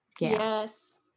Yes